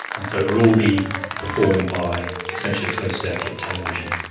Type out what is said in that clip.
and so it will all be performed by essentially closed circuit television.